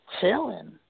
chilling